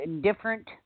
different